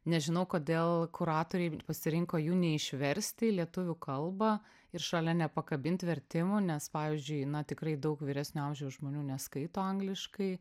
nežinau kodėl kuratoriai pasirinko jų neišversti į lietuvių kalbą ir šalia nepakabint vertimų nes pavyzdžiui tikrai daug vyresnio amžiaus žmonių neskaito angliškai